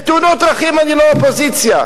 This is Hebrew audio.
בתאונות דרכים אני לא אופוזיציה.